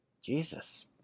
Jesus